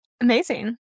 Amazing